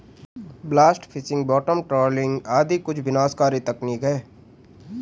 blast fishing, bottom trawling आदि कुछ विनाशकारी तकनीक है